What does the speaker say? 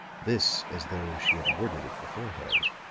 this as though she had worded it beforehand.